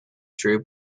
true